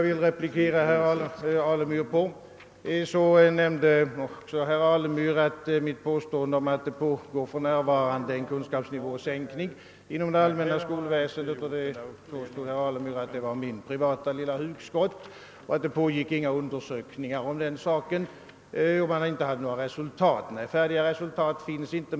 Herr Alemyr sade vidare att mitt påstående om att det för närvarande pågår en kunskapssänkning inom det allmänna skolväsendet var mitt privata lilla hugskott och att det inte pågick några undersökningar om den saken eller att det i varje fall inte förelåg några resultat. Nej, några färdiga resultat föreligger inte.